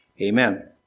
Amen